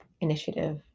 initiative